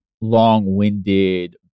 long-winded